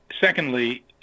Secondly